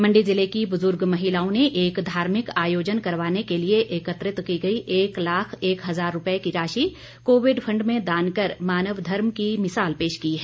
मंडी ज़िले की बुजुर्ग महिलाओं ने एक धार्मिक आयोजन करवाने के लिए एकत्रित की गई एक लाख एक हजार रुपये की राशि कोविड फंड में दान कर मानव धर्म की मिसाल पेश की है